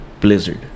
blizzard